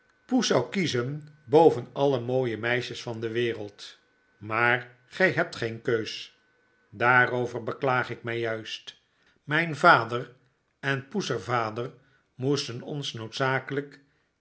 poes zou kiezen boven alle mooie meisjes van de wereld maar gy hebt geen keus daarover beklaag ik my juist mijn vader en poes er vader moesten ons noodzakelp